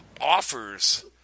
offers